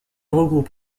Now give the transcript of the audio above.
regroupe